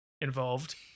involved